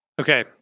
Okay